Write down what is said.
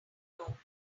know